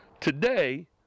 today